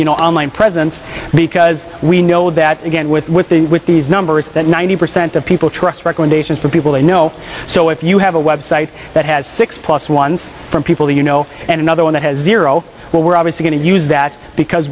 you know online presence because we know that again with the with these numbers that ninety percent of people trust recommendations from people they know so if you have a website that has six plus ones from people you know and another one that has zero well we're obviously going to use that because